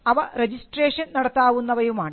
അവ രജിസ്ട്രേഷൻ നടത്താവുന്നവയുമാണ്